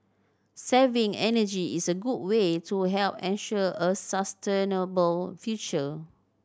saving energy is a good way to help ensure a sustainable future